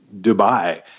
Dubai